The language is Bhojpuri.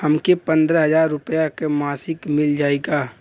हमके पन्द्रह हजार रूपया क मासिक मिल जाई का?